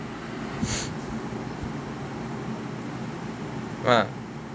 !wah!